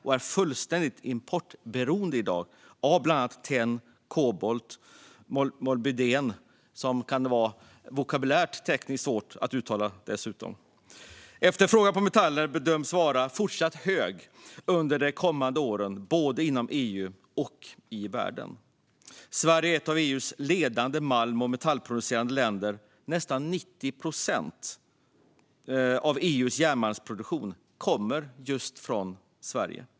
EU är i dag fullständigt importberoende av bland annat tenn, kobolt och molybden. Efterfrågan på metaller bedöms vara fortsatt stor under de kommande åren, både inom EU och i världen. Sverige är ett av EU:s ledande malm och metallproducerande länder. Nästan 90 procent av EU:s järnmalmsproduktion kommer just från Sverige.